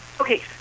okay